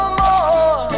more